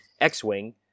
X-Wing